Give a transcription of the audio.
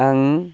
आं